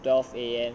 twelve a m